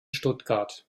stuttgart